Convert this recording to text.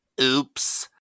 oops